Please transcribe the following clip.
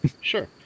Sure